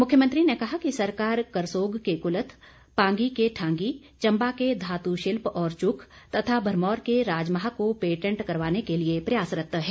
मुख्यमंत्री ने कहा कि सरकार करसोग के कुलथ पांगी के ठांगी चम्बा के धातुशिल्प और चुख तथा भरमौर के राजमाह को पैटेंट करवाने के लिए प्रयासरत है